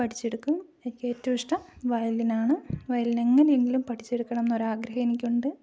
പഠിച്ചെടുക്കും എനിക്കേറ്റവും ഇഷ്ടം വയലിൻ ആണ് വയലിൻ എങ്ങനെയെങ്കിലും പഠിച്ചെടുക്കണം എന്ന ഒരാഗ്രഹം എനിക്കുണ്ട്